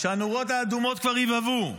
כשהנורות האדומות כבר הבהבו,